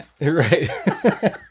Right